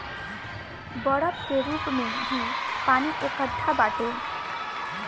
बरफ के रूप में भी पानी एकट्ठा बाटे